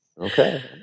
Okay